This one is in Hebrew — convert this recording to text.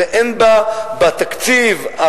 ואין בתקציב,